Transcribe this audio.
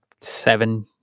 seven